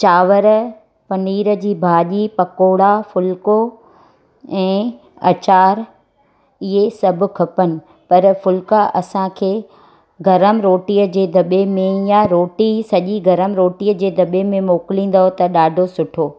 चांवर पनीर जी भाॼी पकोड़ा फुलिको ऐं अचार इहे सभु खपनि पर फुलिका असां खे गरमु रोटीअ जे दॿे में या रोटी सॼी गरमु रोटीअ जे दॿे में मोकिलींदव ॾाढो सुठो